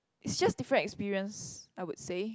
it's just different experience I would say